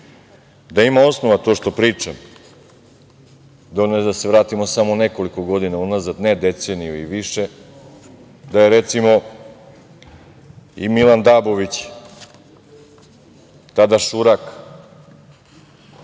ima osnova to što pričam, dovoljno je da se vratimo samo nekoliko godina unazad, ne deceniju i više, da je, recimo, i Milan Dabović, tada šurak